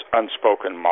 unspoken